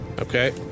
Okay